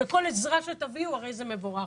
וכל עזרה שתביאו הרי זה מבורך,